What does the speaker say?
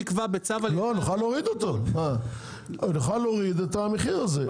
נוכל להוריד את המחיר הזה.